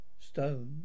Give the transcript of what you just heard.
Stone